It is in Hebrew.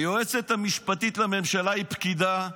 היועצת המשפטית לממשלה היא פקידה.